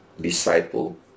disciple